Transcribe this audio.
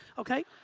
okay?